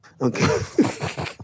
Okay